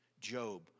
Job